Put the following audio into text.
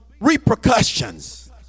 repercussions